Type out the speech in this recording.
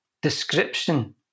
description